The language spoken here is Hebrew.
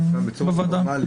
בוועדה.